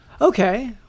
Okay